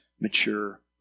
mature